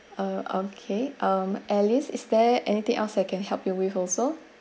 uh okay um alice is there anything else I can help you with also